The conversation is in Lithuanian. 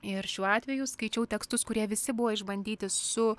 ir šiuo atveju skaičiau tekstus kurie visi buvo išbandyti su